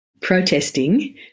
protesting